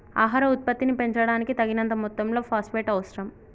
ఆహార ఉత్పత్తిని పెంచడానికి, తగినంత మొత్తంలో ఫాస్ఫేట్ అవసరం